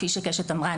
כפי שקשת אמרה,